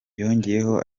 yongeyeho